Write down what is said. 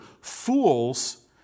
fools